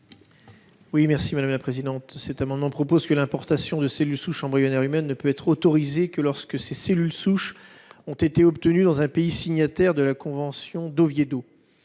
à M. Guillaume Chevrollier. Cet amendement tend à prévoir que l'importation de cellules souches embryonnaires humaines ne peut être autorisée que lorsque ces cellules souches ont été obtenues dans un pays signataire de la convention d'Oviedo.